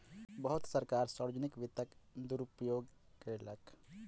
बहुत सरकार सार्वजनिक वित्तक दुरूपयोग कयलक